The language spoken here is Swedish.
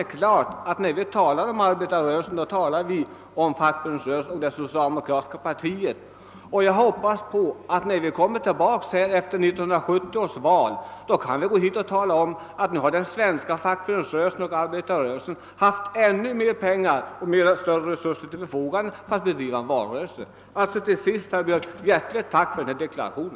Jag hoppas alltså att när man i fortsättningen talar om arbetarrörelsen avses fackföreningsrörelsen och det socialdemokratiska partiet. Och jag hoppas också att vi efter 1970 års val skall kunna konstatera att den svenska arbetarrörelsen haft ännu mera pengar och resurser till förfogande för att bedriva sin valrörelse. Till sist, herr Björck, hjärtligt tack för denna deklaration!